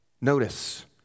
Notice